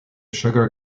sugar